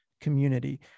community